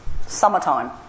summertime